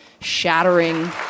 shattering